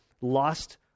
lost